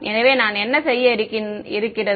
எனவே நான் செய்ய என்ன இருக்கிறது